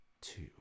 two